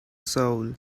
soul